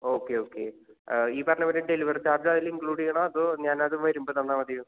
okay okay ഈ പറഞ്ഞത് മാതിരി ഡെലിവറി ചാർജ് അതിൽ ഇൻക്ലൂഡ് ചെയ്യണോ അതോ ഞാനത് വരുമ്പോൾ തന്നാൽ മതിയോ